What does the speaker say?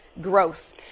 growth